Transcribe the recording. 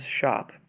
shop